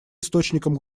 источником